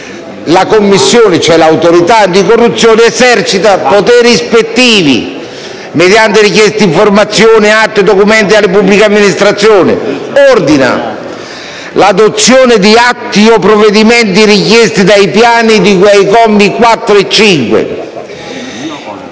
«la Commissione» - cioè l'Autorità anticorruzione - «esercita poteri ispettivi mediante richiesta di notizie, informazioni, atti e documenti alle pubbliche amministrazioni, e ordina l'adozione di atti o provvedimenti richiesti dai piani di cui ai commi 4 e 5